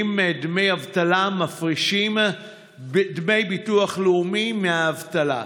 דמי אבטלה מפרישים דמי ביטוח לאומי מהאבטלה,